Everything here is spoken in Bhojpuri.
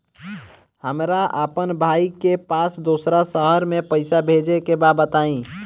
हमरा अपना भाई के पास दोसरा शहर में पइसा भेजे के बा बताई?